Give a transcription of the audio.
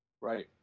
right